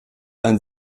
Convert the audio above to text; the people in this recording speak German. ein